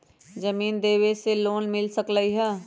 जमीन देवे से लोन मिल सकलइ ह?